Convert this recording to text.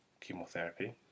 chemotherapy